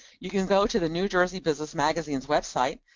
you can go to the new jersey business magazine's website,